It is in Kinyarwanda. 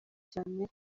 cyane